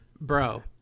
Bro